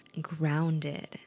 grounded